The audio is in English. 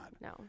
no